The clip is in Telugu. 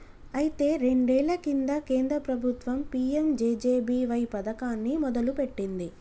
అయితే రెండేళ్ల కింద కేంద్ర ప్రభుత్వం పీ.ఎం.జే.జే.బి.వై పథకాన్ని మొదలుపెట్టింది